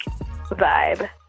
vibe